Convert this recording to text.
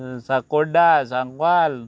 साकोड्डा Sangwal